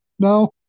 No